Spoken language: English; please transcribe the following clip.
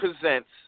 Presents